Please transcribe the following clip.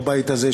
בבית הזה,